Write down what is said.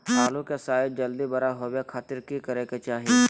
आलू के साइज जल्दी बड़ा होबे खातिर की करे के चाही?